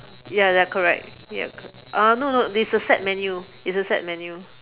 ya they are correct ya uh no no it's a set menu it's a set menu